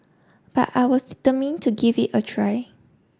but I was determined to give it a try